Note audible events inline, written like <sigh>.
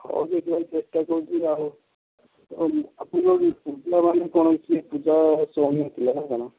ହଉ ଦେଖିବାକୁ ଚେଷ୍ଟା କରୁଛି ଆଉ ଆପଣ <unintelligible> ପୂଜାମାନେ କୌଣସି ପୂଜା <unintelligible> ହେଇଥିଲା ନା କ'ଣ